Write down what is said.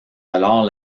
alors